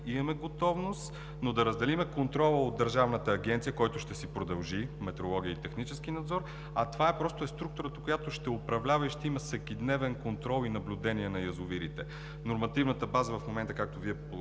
имаме готовност, да разделим контрола от Държавната агенция, който ще си продължи – „Метрология и технически надзор“, а това е структурата, която ще управлява и ще има всекидневен контрол и наблюдение на язовирите. Нормативната база в момента, както Вие посочихте,